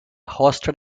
hosted